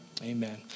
Amen